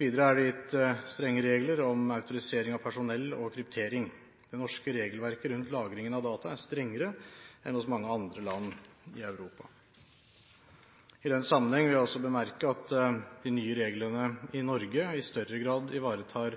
Videre er det gitt strenge regler om autorisering av personell og kryptering. Det norske regelverket rundt lagringen av data er strengere enn hos mange andre land i Europa. I den sammenheng vil jeg også bemerke at de nye reglene i Norge i større grad ivaretar